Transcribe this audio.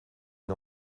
une